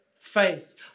faith